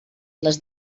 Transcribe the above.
les